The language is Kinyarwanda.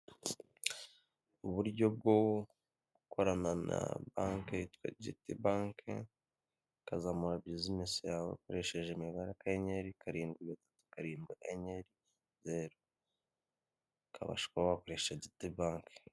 Uburyo bwo gukorana na banki yitwa getI banki ukazamura bisinesi yawe ukoresheje imibare akanyenyeri karindwi gatatu karindwi akanyenyeri zeru ukabasha kuba wakoresha diti banki.